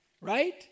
Right